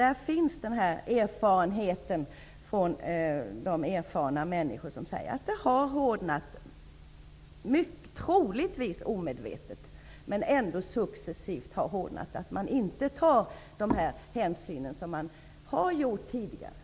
Människor med erfarenhet på detta område menar ju faktiskt att läget har hårdnat -- troligtvis har det skett omedvetet, men läget har ändå successivt hårdnat, och man tar nu inte de hänsyn som man tidigare har tagit.